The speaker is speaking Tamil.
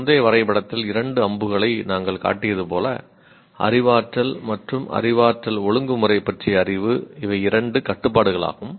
முந்தைய வரைபடத்தில் இரண்டு அம்புகளை நாம் காட்டியது போல அறிவாற்றல் மற்றும் அறிவாற்றல் ஒழுங்குமுறை பற்றிய அறிவு இவை இரண்டு கட்டுப்பாடுகளாகும்